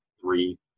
three